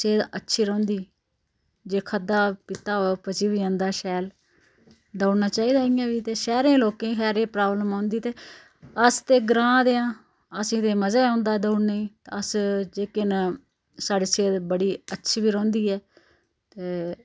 सेह्त अच्छी रौंह्दी जे खाद्धा पीते दा होऐ ओह् पची बी जंदा शैल दौड़ना चाहिदा इयां बी ते शैह्रें दे लोके गी खैर एह् प्राब्लम औंदी ते अस ते ग्रांऽ दे आं असें ते मजा औंदा दौड़ने ई अस जेह्के न साढ़ी सेह्त बड़ी अच्छी बी रौंह्दी ऐ ते